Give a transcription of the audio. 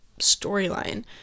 storyline